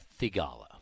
Thigala